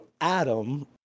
Adam